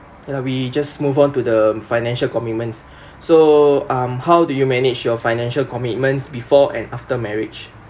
ya lah we just move on to the financial commitments so um how do you manage your financial commitments before and after marriage